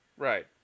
Right